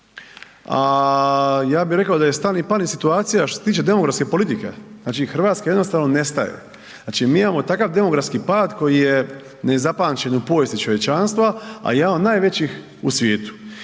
ja bih rekao da je stani pani situacija što se tiče demografske politike. Znači Hrvatska jednostavno nestaje. Znači mi imamo takav demografski pad koji je nezapamćen u povijesti čovječanstva a jedan od najvećih u s svijetu.